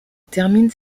termine